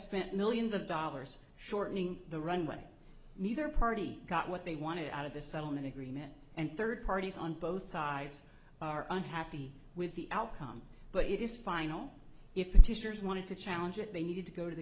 spent millions of dollars shortening the run when neither party got what they wanted out of the settlement agreement and third parties on both sides are unhappy with the outcome but it is final if the teachers wanted to challenge it they needed to go to the